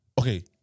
Okay